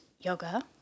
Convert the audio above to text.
yoga